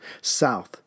south